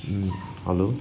hello